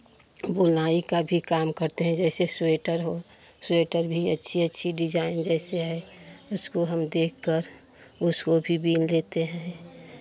बुनाई का भी काम करते हैं जैसे स्वेटर हो स्वेटर भी अच्छी अच्छी डिज़ाइन जैसे है उसको हम देखकर उसको भी बिन लेते हैं